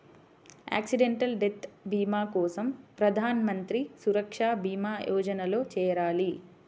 accidental death భీమా కోసం ప్రధాన్ మంత్రి సురక్షా భీమా యోజనలో చేరాలి